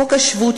חוק השבות,